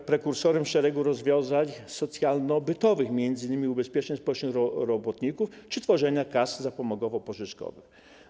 Był prekursorem szeregu rozwiązań socjalno-bytowych, m.in. ubezpieczeń społecznych robotników czy tworzenia kas zapomogowo-pożyczkowych.